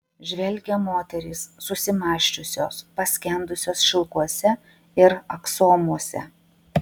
žvelgia moterys susimąsčiusios paskendusios šilkuose ir aksomuose